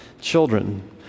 children